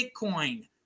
Bitcoin